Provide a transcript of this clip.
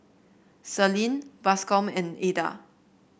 Celine Bascom and Eda